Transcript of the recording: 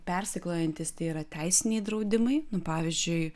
persiklojantys tai yra teisiniai draudimai nu pavyzdžiui